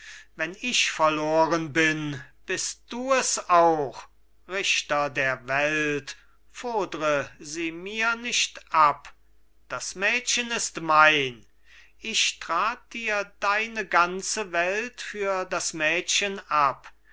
wenn ich verloren bin bist du es auch richter der welt fordre sie mir nicht ab das mädchen ist mein ich trat dir deine ganze welt für das mädchen ab